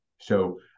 So-